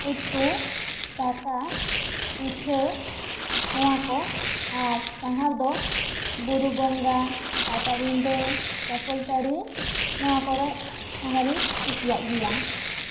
ᱩᱛᱩ ᱫᱟᱠᱟ ᱯᱤᱴᱷᱟᱹ ᱱᱚᱣᱟ ᱠᱚ ᱟᱨ ᱰᱟᱦᱟᱨ ᱫᱚ ᱵᱩᱨᱩ ᱵᱚᱸᱜᱟ ᱯᱟᱴᱟᱵᱤᱸᱫᱷᱟᱹ ᱪᱟᱠᱚᱞᱛᱟᱹᱲᱤ ᱱᱚᱣᱟ ᱠᱚᱨᱮ ᱥᱟᱸᱜᱷᱟᱨ ᱤᱧ ᱠᱩᱥᱤᱭᱟᱜ ᱜᱤᱭᱟ